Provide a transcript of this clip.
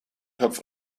topf